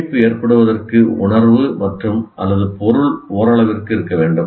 சேமிப்பு ஏற்படுவதற்கு உணர்வு மற்றும் அல்லது பொருள் ஓரளவிற்கு இருக்க வேண்டும்